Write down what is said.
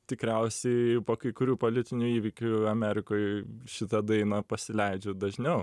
tikriausiai po kai kurių politinių įvykių amerikoj šitą dainą pasileidžiu dažniau